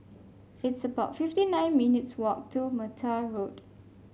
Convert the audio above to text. it's about fifty nine minutes' walk to Mattar Road